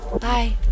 Bye